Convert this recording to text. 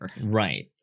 right